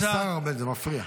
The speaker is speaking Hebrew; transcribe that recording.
השר ארבל, זה מפריע.